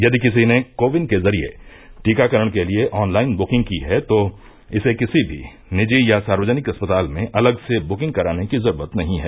यदि किसी ने को विन के जरिए टीकाकरण के लिए ऑनलाइन बुकिंग की है तो इसे किसी भी निजी या सार्वजनिक अस्पताल में अलग से दुकिंग कराने की जरूरत नहीं है